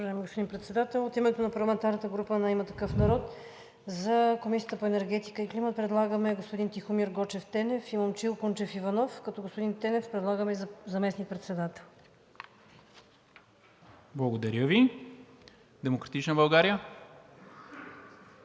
Благодаря Ви. „Демократична България“?